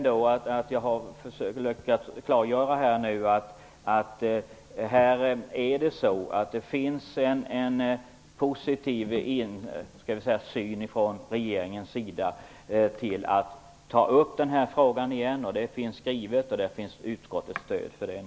Det gläder mig att jag lyckats klargöra att det finns en positiv syn från regeringens sida när det gäller att ta upp denna fråga på nytt. Det är skrivet, och det finns stöd för det från utskottet.